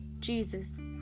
Jesus